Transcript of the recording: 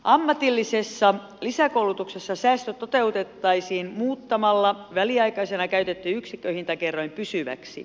ammatillisessa lisäkoulutuksessa säästö toteutettaisiin muuttamalla väliaikaisena käytetty yksikköhintakerroin pysyväksi